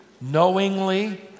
knowingly